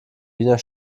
wiener